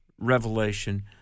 revelation